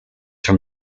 from